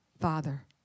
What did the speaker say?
Father